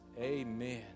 Amen